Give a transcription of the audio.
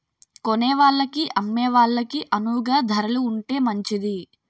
కొనేవాళ్ళకి అమ్మే వాళ్ళకి అణువుగా ధరలు ఉంటే మంచిది